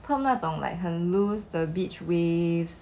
perm 那种 like 很 loose the beach waves